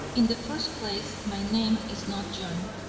in the first place my name is not john,